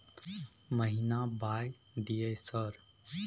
महीना बाय दिय सर?